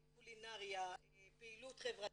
קולינריה, פעילות חברתית.